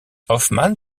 hoffman